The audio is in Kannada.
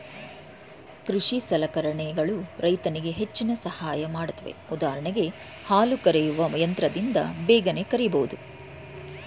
ಕೃಷಿ ಸಲಕರಣೆಗಳು ರೈತರಿಗೆ ಹೆಚ್ಚಿನ ಸಹಾಯ ಮಾಡುತ್ವೆ ಉದಾಹರಣೆಗೆ ಹಾಲು ಕರೆಯುವ ಯಂತ್ರದಿಂದ ಬೇಗನೆ ಕರೆಯಬೋದು